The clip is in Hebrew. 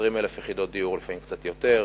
כ-20,000 יחידות דיור, לפעמים קצת יותר.